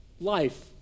life